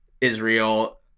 israel